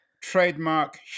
trademark